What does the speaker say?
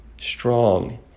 strong